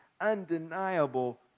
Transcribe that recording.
undeniable